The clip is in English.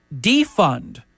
defund